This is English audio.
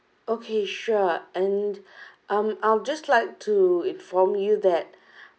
okay sure and um I'd just like to inform you that